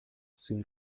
sin